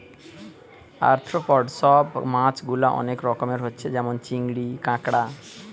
arthropod সব মাছ গুলা অনেক রকমের হচ্ছে যেমন চিংড়ি, কাঁকড়া